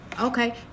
Okay